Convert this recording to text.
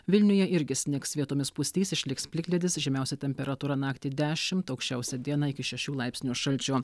vilniuje irgi snigs vietomis pustys išliks plikledis žemiausia temperatūra naktį dešimt aukščiausia dieną iki šešių laipsnių šalčio